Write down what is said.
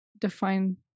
define